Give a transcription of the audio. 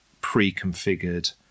pre-configured